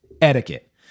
etiquette